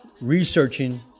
researching